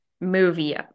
movie